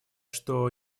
что